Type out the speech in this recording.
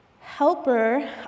Helper